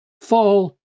fall